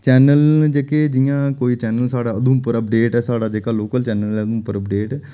channel न जेह्के जि'यां कोई चैनल साढ़ा उधमपुर अपडेट ऐ साढ़ा जेह्का लोकल चैनल ऐ उधमपुर अपडेट